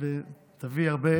חבריי